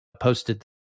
posted